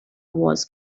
wars